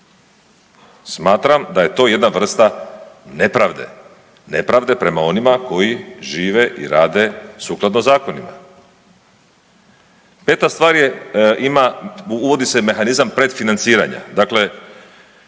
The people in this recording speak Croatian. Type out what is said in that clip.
Smatram da je to jedna vrsta nepravde, nepravde prema onima koji žive i rade sukladno zakonima. Peta stvar je, ima, uvodi se mehanizam predfinanciranja,